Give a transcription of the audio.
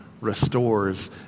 restores